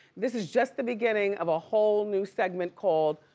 this is just the beginning of a whole new segment called,